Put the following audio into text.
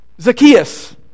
Zacchaeus